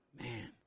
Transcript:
Man